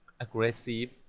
aggressive